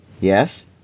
Yes